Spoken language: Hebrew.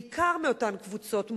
בעיקר מאותן קבוצות מוחלשות,